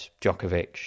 Djokovic